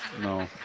No